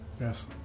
Yes